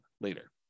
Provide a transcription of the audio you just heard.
later